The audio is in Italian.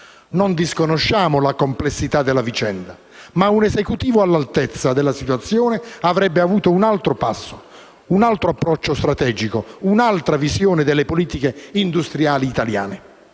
Non disconosciamo la complessità della vicenda, ma un Esecutivo all'altezza della situazione avrebbe avuto un altro passo, un altro approccio strategico, un'altra visione delle politiche industriali italiane.